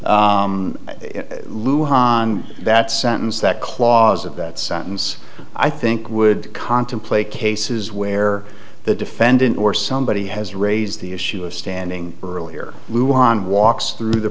lou hahn that sentence that clause of that sentence i think would contemplate cases where the defendant or somebody has raised the issue of standing earlier we won walks through the